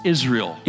Israel